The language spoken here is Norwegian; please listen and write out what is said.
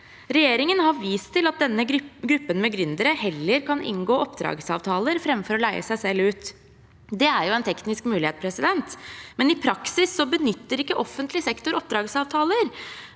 Regjeringen har vist til at denne gruppen med gründere heller kan inngå oppdragsavtaler framfor å leie seg selv ut. Det er jo en teknisk mulighet, men i praksis benytter ikke offentlig sektor oppdragsavtaler